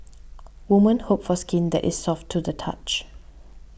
woman hope for skin that is soft to the touch